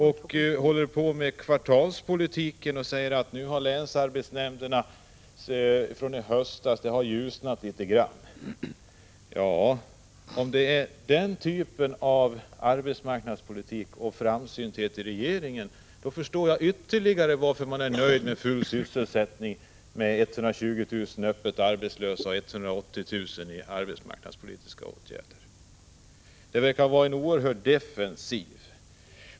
Regeringen fortsätter med sin kvartalspolitik, och Anna-Greta Leijon säger att situationen i förhållande till länsarbetsnämndernas prognoser från i höstas har ljusnat litet grand. Om det är den typen av arbetsmarknadspolitik och framsynthet som är kännetecknande för regeringen, då förstår jag än bättre varför regeringen, trots talet om full sysselsättning, är nöjd med 120 000 öppet arbetslösa och 180 000 i arbetsmarknadspolitiska åtgärder. Regeringen verkar vara oerhört defensiv.